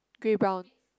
grey brown